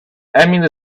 emil